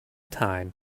time